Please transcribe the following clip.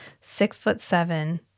six-foot-seven